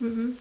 mm mm mm